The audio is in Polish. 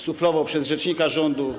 Suflował przez rzecznika rządu.